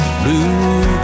blue